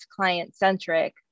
client-centric